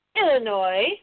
Illinois